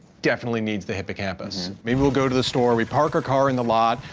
definitely needs the hippocampus. maybe we'll go to the store, we park our car in the lot.